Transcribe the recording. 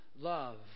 love